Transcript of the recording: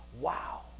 Wow